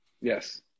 Yes